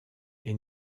est